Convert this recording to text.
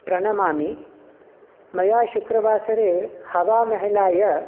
प्रणमामि मया शुक्रवासरे हवामहलाय